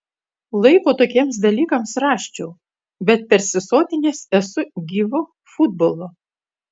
laiko tokiems dalykams rasčiau bet persisotinęs esu gyvu futbolu